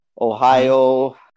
Ohio